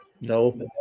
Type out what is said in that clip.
No